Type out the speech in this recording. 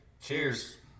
Cheers